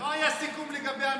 לא היה סיכום לגבי המליאה.